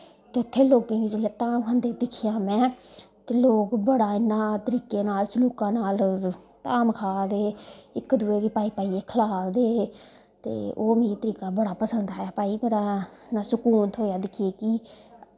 ते उत्थें जिसलै लोकें गी धाम खंदे दिक्खेआ में ते लोक बड़ा इयां तरीके नाल स्लूकां नाल धाम खा दे हे इक दुए गी पाई पाईयै खला दे हे ते ओह् मिकी तरीका बड़ा पसंद आया भाई कुतै सकून थ्होआ दिक्खियै कि